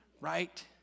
right